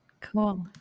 Cool